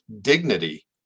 dignity